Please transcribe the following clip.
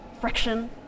friction